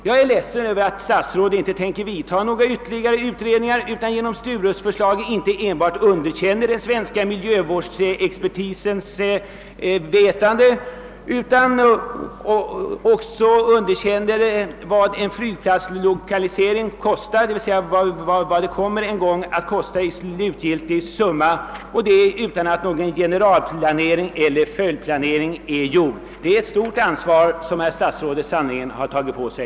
Jag är ledsen över att statsrådet inte tänker vidta ytterligare utredningar utan genom att ta ståndpunkt för Sturup inte enbart underkänner den svenska miljövårdsexpertisens kompetens utan också godkänner en flygplatslokalisering utan att veta vad det kostar och utan att någon generalplanering eller följdplanering är gjord. Det är sannerligen ett stort ansvar som herr statsrådet tagit på sig.